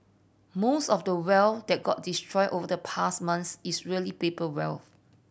most of the wealth that got destroyed over the past month is really paper wealth